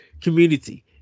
Community